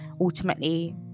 ultimately